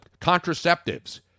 contraceptives